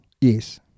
Yes